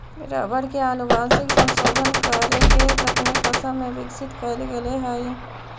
rubber के आनुवंशिक संशोधन करे के तकनीक असम में विकसित कैल गेले हई